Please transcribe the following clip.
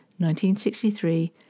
1963